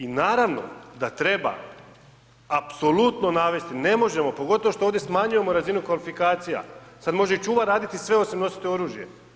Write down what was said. Naravno da treba apsolutno navesti, ne možemo, pogotovo što ovdje smanjujemo razinu kvalifikacija, sad može i čuvar raditi sve osim nositi oružje.